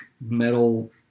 metal